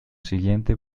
siguiente